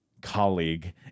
colleague